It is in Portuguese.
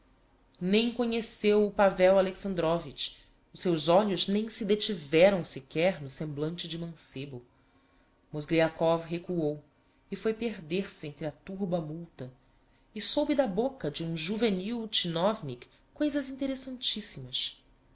nem conheceu o pavel alexandrovitch os seus olhos nem se detiveram sequer no semblante de mancebo mozgliakov recuou e foi perder-se entre a turba multa e soube da bôca de um juvenil tchinovnick coisas interessantissimas